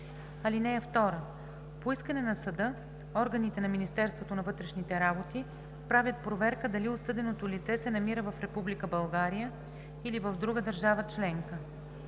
него. (2) По искане на съда органите на Министерството на вътрешните работи правят проверка дали осъденото лице се намира в Република България или в друга държава членка.